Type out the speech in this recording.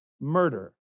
murder